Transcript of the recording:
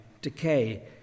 Decay